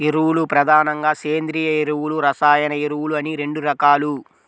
ఎరువులు ప్రధానంగా సేంద్రీయ ఎరువులు, రసాయన ఎరువులు అని రెండు రకాలు